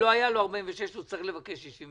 אישור לעניין סעיף 46 ואז הוא צריך לבקש אישור לעניין